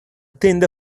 tende